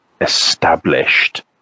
established